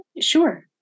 Sure